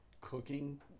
Cooking